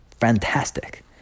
fantastic